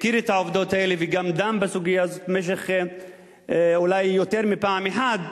הכיר את העובדות האלה וגם דן בסוגיה הזאת אולי יותר מפעם אחת.